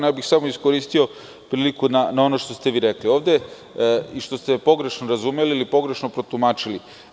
Samo bih iskoristio priliku na ono što ste vi rekli i što ste pogrešno razumeli ili pogrešno protumačili.